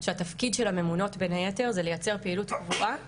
שהתפקיד של הממונות בין היתר זה לייצר פעילות קבועה